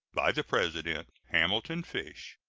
by the president hamilton fish,